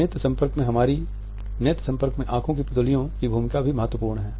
नेत्र संपर्क में आंखों की पुतलियो की भूमिका भी महत्वपूर्ण है